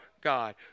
God